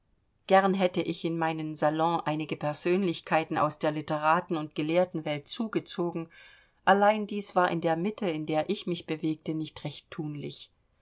gern hätte ich in meinen salon einige persönlichkeiten aus der litteraten und gelehrtenwelt zugezogen allein dies war in der mitte in der ich mich bewegte nicht recht thunlich